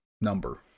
number